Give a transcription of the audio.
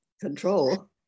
control